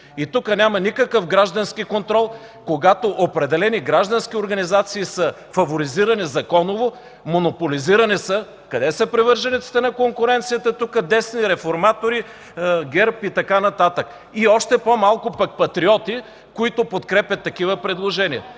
И тук няма никакъв граждански контрол, когато определени граждански организации са фаворизирани законово, монополизирани са. Къде са привържениците на конкуренцията тук – десни, реформатори, ГЕРБ и така нататък? И още по-малко пък патриоти, които подкрепят такива предложения?